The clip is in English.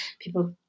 people